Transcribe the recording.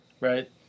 right